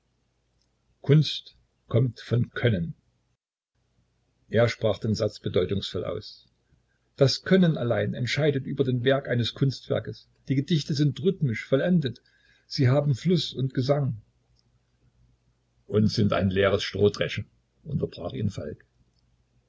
kunst kommt von können er sprach den satz bedeutungsvoll aus das können allein entscheidet über den wert eines kunstwerkes die gedichte sind rhythmisch vollendet sie haben fluß und gesang und sind ein leeres strohdreschen unterbrach ihn falk